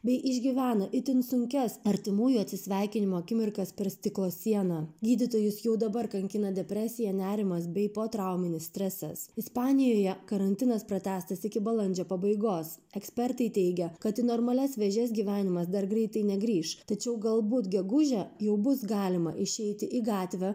bei išgyvena itin sunkias artimųjų atsisveikinimo akimirkas per stiklo sieną gydytojus jau dabar kankina depresija nerimas bei potrauminis stresas ispanijoje karantinas pratęstas iki balandžio pabaigos ekspertai teigia kad į normalias vėžes gyvenimas dar greitai negrįš tačiau galbūt gegužę jau bus galima išeiti į gatvę